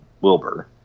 wilbur